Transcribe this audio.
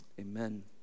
Amen